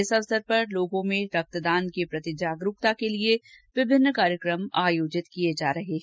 इस अवसर पर लोगों में रक्तदान के प्रति जागरुकता के लिए विभिन्न कार्यक्रम आयोजित किये जा रहे हैं